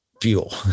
fuel